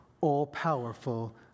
all-powerful